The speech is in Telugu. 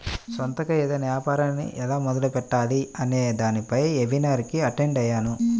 సొంతగా ఏదైనా యాపారాన్ని ఎలా మొదలుపెట్టాలి అనే దానిపై వెబినార్ కి అటెండ్ అయ్యాను